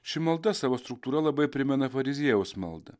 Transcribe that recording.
ši malda savo struktūra labai primena fariziejaus maldą